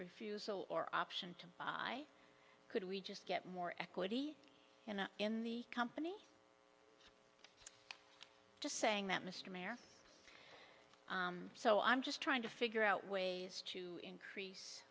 refusal or option to buy could we just get more equity in the company just saying that mr mayor so i'm just trying to figure out ways to increase